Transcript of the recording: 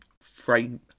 frame